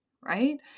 right